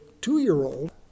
two-year-old